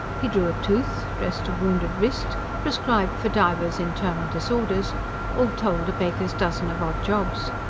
he drew a tooth, dressed a wounded wrist, prescribed for divers internal disorders all told, a baker's dozen of odd jobs.